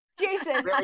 Jason